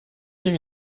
née